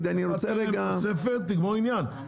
צריך לתת להם תוספת ותגמור עניין.